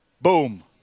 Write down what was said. Boom